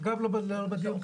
מג"ב לא בדיון כאן.